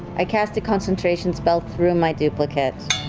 i cast a concentration spell through my duplicate,